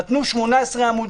נתנו 19 עמודים.